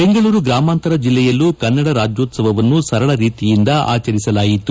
ಬೆಂಗಳೂರು ಗ್ರಮಾಂತರ ಜಿಲ್ಲೆಯಲ್ಲೂ ಕನ್ನಡ ರಾಜ್ಕೋತ್ಲವವನ್ನು ಸರಳ ರೀತಿಯಿಂದ ಆಚರಿಸಲಾಯಿತು